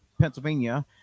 Pennsylvania